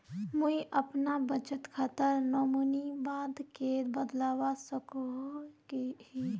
मुई अपना बचत खातार नोमानी बाद के बदलवा सकोहो ही?